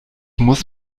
muss